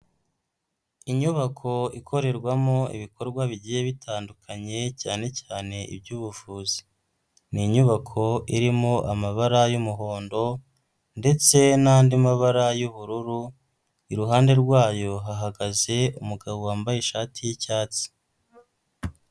Inyubako ikorerwamo ibikorwa bigiye bitandukanye cyane cyane iby'ubuvuzi. Ni inyubako irimo amabara y'umuhondo ndetse n'andi mabara y'ubururu, iruhande rwayo hahagaze umugabo wambaye ishati y'icyatsi.